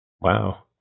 Wow